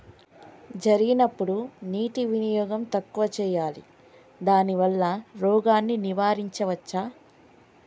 జరిగినప్పుడు నీటి వినియోగం తక్కువ చేయాలి దానివల్ల రోగాన్ని నివారించవచ్చా?